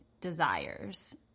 desires